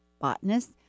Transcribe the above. botanist